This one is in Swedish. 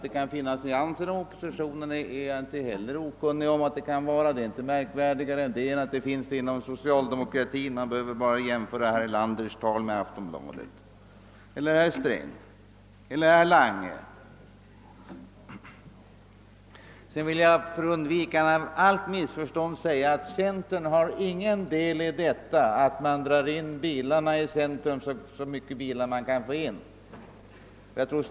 Jag är inte heller okunnig om att det kan finnas nyansskillnader inom oppositionen. Det är inte märkvärdigare än att sådana skillnader finns inom socialdemokratin. Man behöver bara jämföra herr Erlanders, herr Strängs eller herr Langes tal med Aftonbladets skriverier. För att undvika allt missförstånd vill jag sedan säga att centern inte har någon del i att man drar in så mycket bilar som går att dra in i Stockholms centrum.